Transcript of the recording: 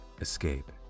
escape